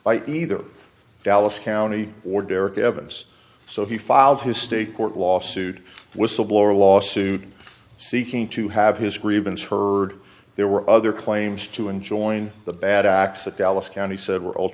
by either dallas county or derrick evans so he filed his state court lawsuit whistleblower lawsuit seeking to have his grievance heard there were other claims to enjoin the bad acts that dallas county said were al